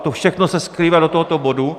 To všechno se skrývá v tomto bodu.